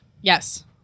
Yes